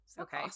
okay